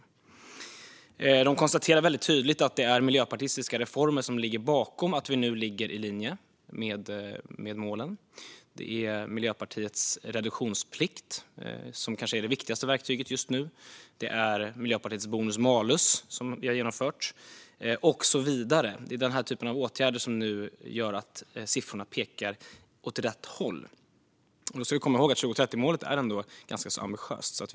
Man kan konstatera att det är väldigt tydligt att det är miljöpartistiska reformer som ligger bakom att vi nu ligger i linje med målen. Det är Miljöpartiets reduktionsplikt som kanske är det viktigaste verktyget just nu. Det är Miljöpartiets bonus malus som vi har genomfört och så vidare. Det är den typen av åtgärder som gör att siffrorna nu pekar åt rätt håll. Då ska vi komma ihåg att 2030-målet ändå är ganska ambitiöst.